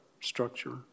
structure